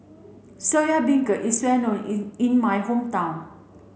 Soya Beancurd is well known in in my hometown